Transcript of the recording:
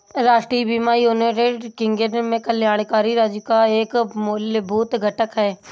राष्ट्रीय बीमा United Kingdom में कल्याणकारी राज्य का एक मूलभूत घटक है